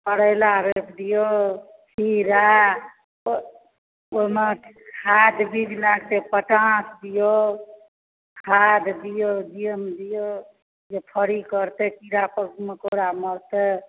करैला रोपि दिऔ खीरा ओहिमे खाद्य बीज दए कऽ पटा दिऔ खाद्य दिऔ बियनि दिऔ जे फली पड़तै कीड़ा मकोड़ामे मरतै